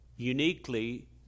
Uniquely